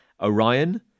Orion